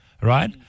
right